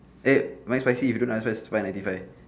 eh my spicy if you don't ask first is five ninety five